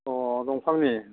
अ दंफांनि